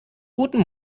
guten